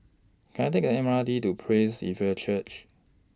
Can I Take M R T to Praise Evangelical Church